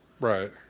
Right